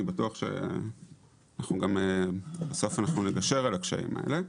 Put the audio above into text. אני בטוח שבסוף נגשר על הקשיים האלה.